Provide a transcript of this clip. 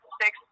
six